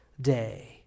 day